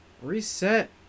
Reset